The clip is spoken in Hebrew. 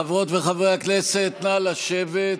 חברות וחברי הכנסת, נא לשבת.